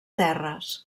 terres